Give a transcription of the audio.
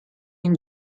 این